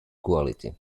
quality